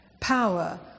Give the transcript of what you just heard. power